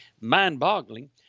mind-boggling